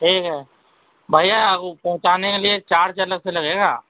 ٹھیک ہے بھیا وہ پہنچانے کے لیے چارج الگ سے لگے گا